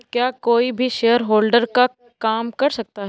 क्या कोई भी शेयरहोल्डर का काम कर सकता है?